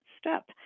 step